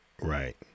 right